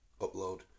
upload